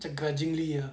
macam grudgingly ah